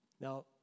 Now